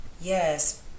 yes